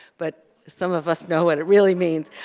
but some of us know what it really means.